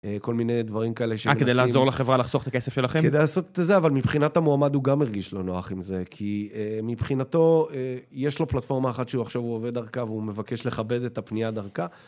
כל מיני דברים כאלה. אה, כדי לעזור לחברה לחסוך את הכסף שלכם. כדי לעשות את זה, אבל מבחינת המועמד, הוא גם מרגיש לא נוח עם זה. כי מבחינתו, יש לו פלטפורמה אחת, שעכשיו הוא עובד דרכה, והוא מבקש לכבד את הפנייה דרכה.